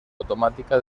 automática